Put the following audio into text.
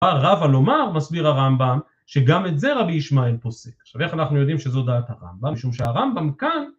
רבה לומר, מסביר הרמב״ם, שגם את זה רב ישמעאל פוסק. עכשיו, איך אנחנו יודעים שזו דעת הרמב״ם? משום שהרמב״ם כאן